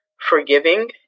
forgiving